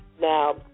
Now